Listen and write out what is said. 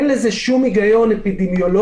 אין לזה שום היגיון אפידמיולוגי,